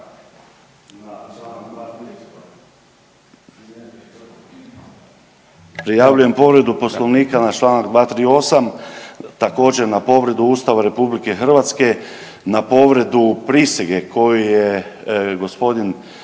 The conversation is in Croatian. Prijavljujem povredu Poslovnika na Članak 238., također na povredu Ustava RH, na povredu prisege koju je gospodin